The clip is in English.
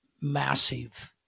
massive